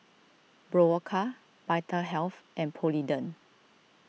Berocca Vitahealth and Polident